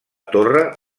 torre